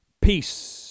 Peace